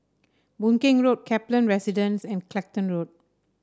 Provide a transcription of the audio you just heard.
Boon Keng Road Kaplan Residence and Clacton Road